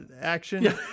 action